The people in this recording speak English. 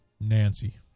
Nancy